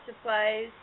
supplies